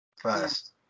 first